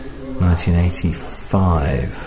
1985